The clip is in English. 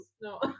No